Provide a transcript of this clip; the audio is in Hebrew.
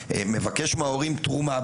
מבקש מההורים "תרומה",